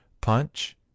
Punch